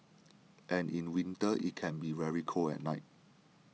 and in winter it can be very cold at night